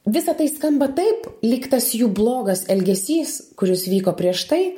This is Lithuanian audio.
visa tai skamba taip lyg tas jų blogas elgesys kuris vyko prieš tai